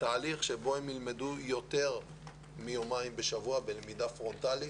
תהליך בו הם ילמדו יותר מיומיים בשבוע בלמידה פרונטלית.